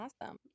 awesome